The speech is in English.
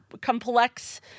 complex